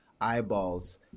eyeballs